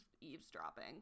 eavesdropping